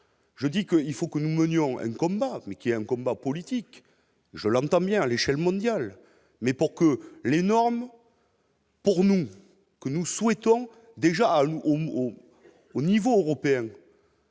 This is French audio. je dis que, il faut que nous menions une comment appliquer un combat politique, je l'entends bien à l'échelle mondiale, mais pour que les normes. Pour nous, que nous souhaitons déjà homme roux au niveau européen.